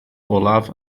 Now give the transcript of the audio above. olaf